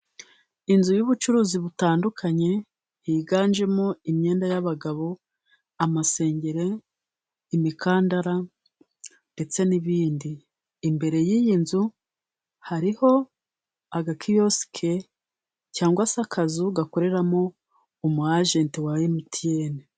Inzu y'ubucuruzi butandukanye higanjemo imyenda y'abagabo, amasengere, imikandara ndetse n'ibindi. Imbere y'iyi nzu hariho agakiyosike cyangwa se akazu gakoreramo umwajenti wa MTN.